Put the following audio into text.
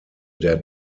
der